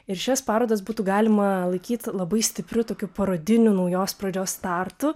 ir šias parodas būtų galima laikyti labai stipriu tokiu parodiniu naujos pradžios startu